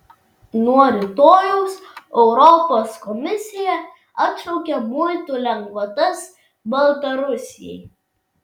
nuo rytojaus europos komisija atšaukia muitų lengvatas baltarusijai